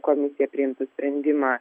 komisija priimtų sprendimą